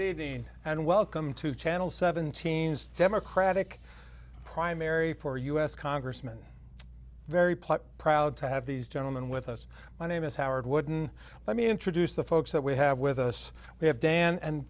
evening and welcome to channel seven teens democratic primary for us congressman very proud proud to have these gentlemen with us my name is howard wooden let me introduce the folks that we have with us we have dan and